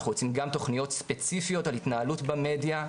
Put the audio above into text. אנחנו רוצים גם תוכניות ספציפיות על התנהלות במדיה,